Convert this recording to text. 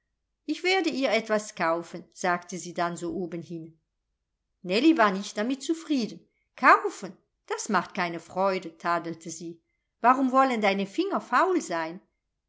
ich werde ihr etwas kaufen sagte sie dann so obenhin nellie war nicht damit zufrieden kaufen das macht keine freude tadelte sie warum wollen deine finger faul sein